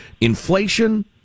inflation